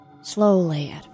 slowly